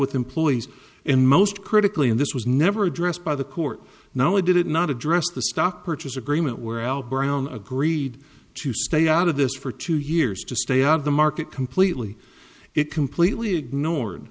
with employees and most critically and this was never addressed by the court not only did it not address the stock purchase agreement we're all brown agreed to stay out of this for two years to stay out of the market completely it completely ignored